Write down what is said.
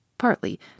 partly